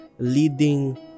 leading